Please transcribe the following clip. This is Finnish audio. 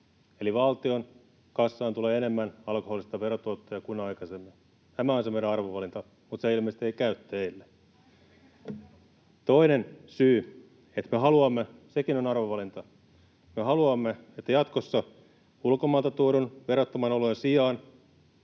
Eli valtion kassaan tulee enemmän alkoholista verotuottoja kuin aikaisemmin. Tämä on se meidän arvovalintamme, mutta ilmeisesti se ei käy teille. Toinen syy on se, että me haluamme — sekin on arvovalinta — että jatkossa ulkomailta tuodun verottoman oluen sijaan